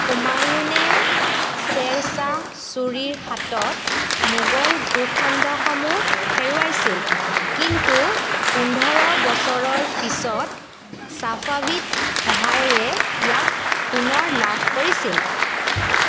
হুমায়ুনে শ্বেৰ শ্বাহ ছুৰীৰ হাতত মোগল ভূখণ্ডসমূহ হেৰুৱাইছিল কিন্তু পোন্ধৰ বছৰৰ পিছত ছাফাৱীদ সহায়েৰে ইয়াক পুনৰ লাভ কৰিছিল